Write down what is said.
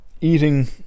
eating